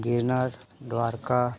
Girnar Dwarka